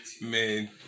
Man